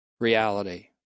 reality